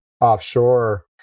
offshore